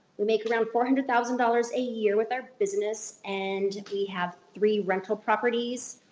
we make around four hundred thousand dollars a year with our business and we have three rental properties.